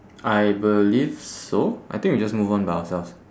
I believe so I think we just move on by ourselves